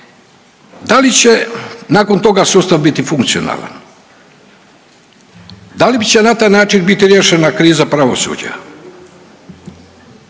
Da li će nakon toga sustav biti funkcionalan? Da li će na taj način biti riješena kriza pravosuđa?